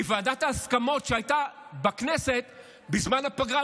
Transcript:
כי ועדת ההסכמות שהייתה בכנסת בזמן הפגרה,